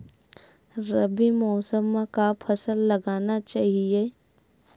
रबी मौसम म का फसल लगाना चहिए?